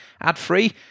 ad-free